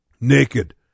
Naked